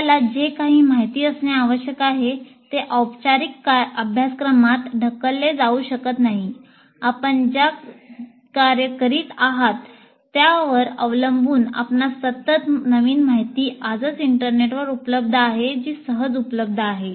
आपल्याला जे काही माहित असणे आवश्यक आहे ते औपचारिक अभ्यासक्रमात ढकलले जाऊ शकत नाही आपण जे कार्य करीत आहात त्यावर अवलंबून आपणास सतत नवीन माहिती आजच इंटरनेटवर उपलब्ध आहे जी सहज उपलब्ध आहे